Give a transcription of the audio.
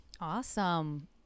awesome